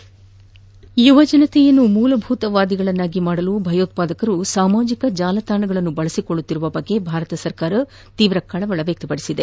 ಸಾಂಪ್ ಯುವಕರನ್ನು ಮೂಲಭೂತವಾದಿಗಳನ್ನಾಗಿ ಮಾಡಲು ಭಯೋತ್ಪಾದಕರು ಸಾಮಾಜಿಕ ಜಾಲ ತಾಣಗಳನ್ನು ಬಳಸಿಕೊಳ್ಳುತ್ತಿರುವ ಬಗ್ಗೆ ಭಾರತ ಸರ್ಕಾರ ತನ್ನ ತೀವ್ರ ಕಳವಳವನ್ನು ವ್ಯಕ್ತಪಡಿಸಿದೆ